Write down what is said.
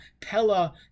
Pella